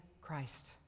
Christ